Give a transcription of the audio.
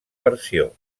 versió